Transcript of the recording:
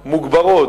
לסכנות מוגברות.